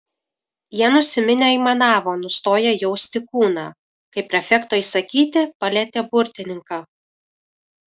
jie nusiminę aimanavo nustoję jausti kūną kai prefekto įsakyti palietė burtininką